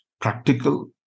practical